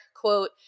quote